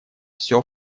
всё